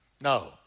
No